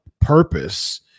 purpose